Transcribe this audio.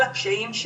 שמחת חיים,